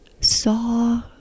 saw